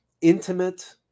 intimate